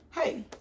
Hey